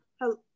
Hello